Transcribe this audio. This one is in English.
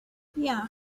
yeah